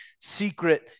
secret